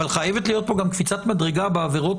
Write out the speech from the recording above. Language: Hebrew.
אבל חייבת להיות פה קפיצת מדרגה בעבירות